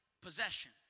possession